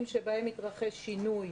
שיבחרו לאיזו קבוצה הם נכנסים.